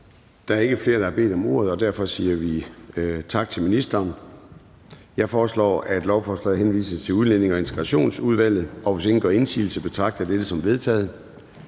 Der er ikke flere, der har bedt om ordet, og dermed er forhandlingen afsluttet. Jeg foreslår, at lovforslaget henvises til Udlændinge- og Integrationsudvalget. Hvis ingen gør indsigelse, betragter jeg dette som vedtaget.